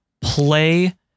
play